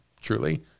truly